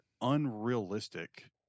unrealistic